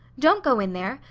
don't go in there!